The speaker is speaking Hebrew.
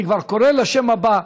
אני כבר קורא לשם הבא.